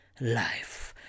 life